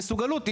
מסוגלות.